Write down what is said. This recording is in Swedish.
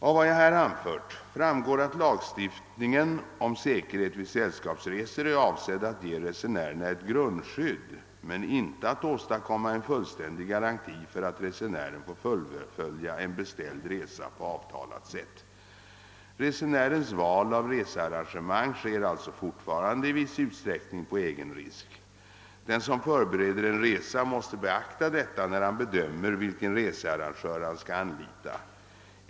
Av vad jag här anfört framgår att lagstiftningen om säkerhet vid säll skapsresor är avsedd att ge resenärerna ett grundskydd men inte att åstadkomma en fullständig garanti för att resenären får fullfölja en beställd resa på avtalat sätt. Resenärens val av researragemang sker alltså fortfarande i viss utsträckning på egen risk. Den som förbereder en resa måste beakta detta när han bedömer vilken researrangör han skall anlita.